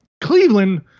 Cleveland